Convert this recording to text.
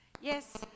yes